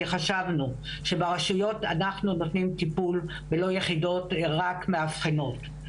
כי חשבנו שברשויות אנחנו נותנים טיפול ולא יחידות שרק מאבחנות,